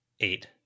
Eight